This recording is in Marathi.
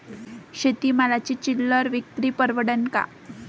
शेती मालाची चिल्लर विक्री परवडन का?